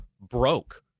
broke